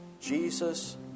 Jesus